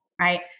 right